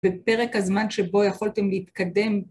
‫בפרק הזמן שבו יכולתם להתקדם.